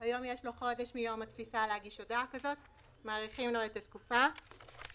של דבר הוא יביא תקנות לוועדה להארכת מועדים בתקנות עצמן.